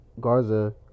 Garza